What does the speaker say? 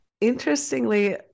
interestingly